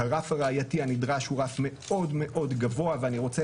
הרף הראייתי הנדרש הוא רף מאוד מאוד גבוה ואני רוצה